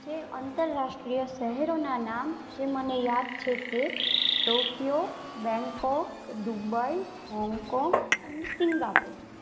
જે આંતરરાષ્ટ્રીય શહેરોનાં નામ મને યાદ છે તે Tokyo Bangkok Dubai Hong Kong and Singapore